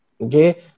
okay